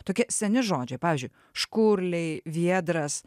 tokie seni žodžiai pavyzdžiui škurliai viedras